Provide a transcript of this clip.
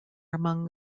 among